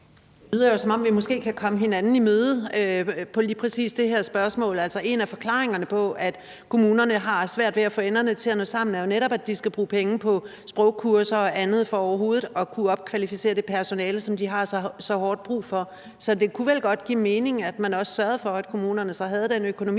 Det lyder jo, som vi måske kan komme hinanden i møde i lige præcis det her spørgsmål. Altså, en af forklaringerne på, at kommunerne har svært ved at få enderne til at nå sammen, er jo netop, at de skal bruge penge på sprogkursuser og andet for overhovedet at kunne opkvalificere det personale, som de har så hårdt brug for. Så det kunne vel også godt give mening, at man sørgede for, at kommunerne havde den økonomi,